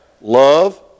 Love